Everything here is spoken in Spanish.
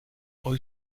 hoy